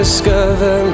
Discover